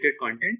content